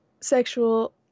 sexual